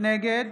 נגד